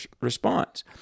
response